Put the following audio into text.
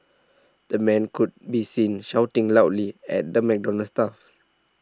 the man could be seen shouting loudly at the McDonald's staffs